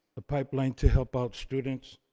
a pipeline to help out students,